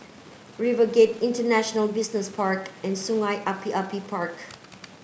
RiverGate International Business Park and Sungei Api Api Park